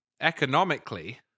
Economically